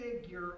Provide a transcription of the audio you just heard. figure